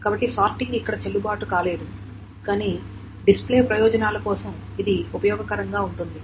కాబట్టి సార్టింగ్ ఇక్కడ చెల్లుబాటు కాలేదు కానీ డిస్ప్లే ప్రయోజనాల కోసం ఇది ఉపయోగకరంగా ఉంటుంది